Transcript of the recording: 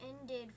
ended